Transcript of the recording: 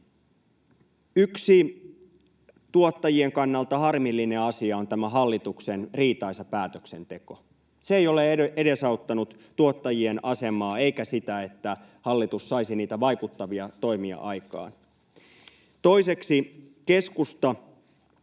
Yksi tuottajien kannalta harmillinen asia on tämä hallituksen riitaisa päätöksenteko. Se ei ole edesauttanut tuottajien asemaa eikä sitä, että hallitus saisi niitä vaikuttavia toimia aikaan. Toiseksi keskusta